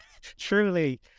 truly